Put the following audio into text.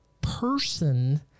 person